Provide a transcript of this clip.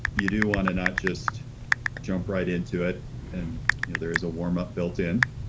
you do want to not just jump right into it and you know there is a warm up built in.